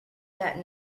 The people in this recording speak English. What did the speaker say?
that